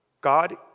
God